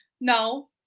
no